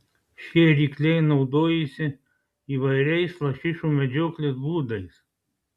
šie rykliai naudojasi įvairiais lašišų medžioklės būdais